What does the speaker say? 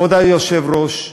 כבוד היושב-ראש,